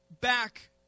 back